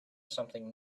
something